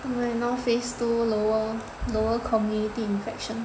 now phase two lower lower community infection